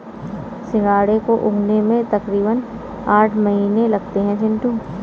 सिंघाड़े को उगने में तकरीबन आठ महीने लगते हैं चिंटू